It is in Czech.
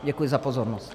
Děkuji za pozornost.